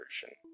Version